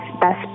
best